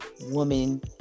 woman